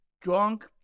drunk